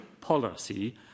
Policy